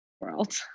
world